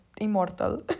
immortal